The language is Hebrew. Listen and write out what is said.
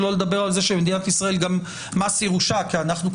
שלא לדבר על זה שבמדינת ישראל אין גם מס ירושה כי אנחנו,